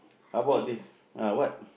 how about this ah what